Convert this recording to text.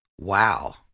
Wow